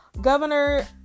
governor